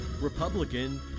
Republican